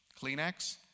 Kleenex